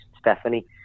Stephanie